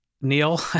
Neil